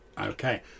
okay